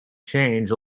change